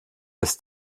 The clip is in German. ist